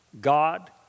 God